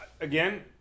Again